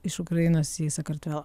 iš ukrainos į sakartvelą